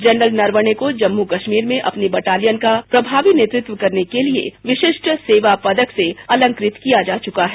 general Naravane को जम्मू कश्मीर में अपनी बटालियन का प्रभावी नेतृत्व करने के लिए विशिष्ट सेवा पदक से अलंकृत किया जा चुका है